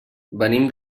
venim